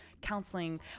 counseling